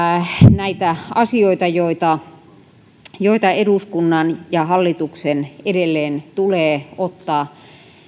näitä asioita joita joita eduskunnan ja hallituksen edelleen tulee ottaa